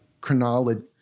chronology